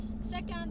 Second